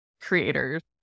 creators